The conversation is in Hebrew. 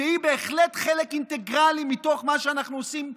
שהיא בהחלט חלק אינטגרלי מתוך מה שאנחנו עושים יום-יום,